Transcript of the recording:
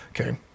Okay